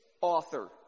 author